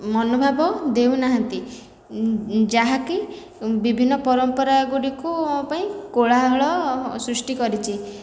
ମନୋଭାବ ଦେଉନାହାନ୍ତି ଯାହାକି ବିଭିନ୍ନ ପରମ୍ପରା ଗୁଡ଼ିକ ପାଇଁ କୋଳାହଳ ସୃଷ୍ଟି କରିଛି